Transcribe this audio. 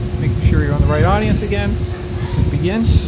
making sure you're on the right audience again click begin.